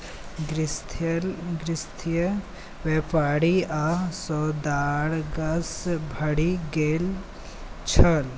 गिरहस्थ बेपारी आओर सौदागरसँ भरि गेल छल